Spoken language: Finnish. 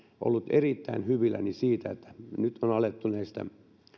ollut erittäin hyvilläni siitä että nyt on alettu näistä